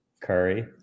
Curry